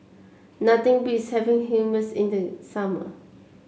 nothing beats having Hummus in the summer